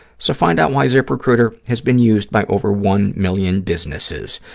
so find out why ziprecruiter has been used by over one million businesses.